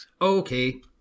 Okay